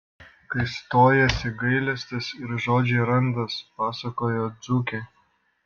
kai stojasi gailestis ir žodžiai randas pasakojo dzūkė